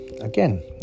Again